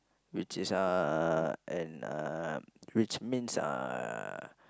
which is uh and uh which means uh